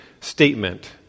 statement